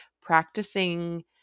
practicing